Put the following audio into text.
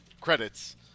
credits